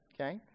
Okay